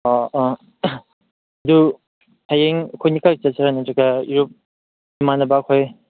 ꯑꯧ ꯑꯥ ꯑꯗꯨ ꯍꯌꯦꯡ ꯑꯩꯈꯣꯏꯅꯤ ꯈꯛ ꯆꯠꯁꯤꯔꯥ ꯅꯠꯇ꯭ꯔꯒ ꯏꯔꯨꯞ ꯏꯃꯥꯟꯅꯕ ꯈꯣꯏ